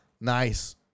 nice